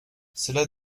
cela